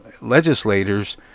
legislators